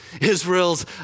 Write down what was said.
Israel's